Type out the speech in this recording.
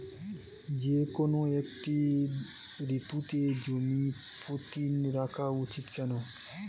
যেকোনো একটি ঋতুতে জমি পতিত রাখা উচিৎ কেন?